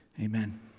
amen